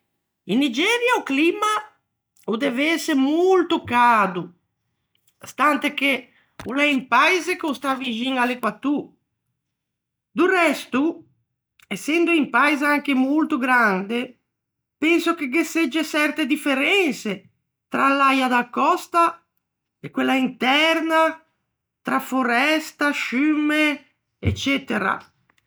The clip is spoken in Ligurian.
In Nigeria o climma o dev'ëse molto cado, stante che o l'é un paise che o stà vixin à l'Equatô. Do resto, ësendo un paise anche molto grande, penso che ghe segge çerte differense tra l'äia da còsta e quella interna, tra foresta, sciumme, eccetera.